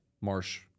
Marsh